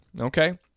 Okay